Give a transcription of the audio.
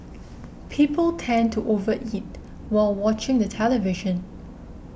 people tend to over eat while watching the television